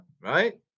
right